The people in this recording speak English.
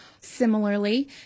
Similarly